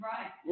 Right